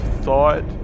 thought